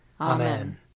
Amen